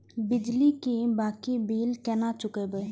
बिजली की बाकी बील केना चूकेबे?